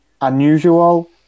unusual